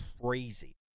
crazy